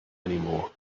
anymore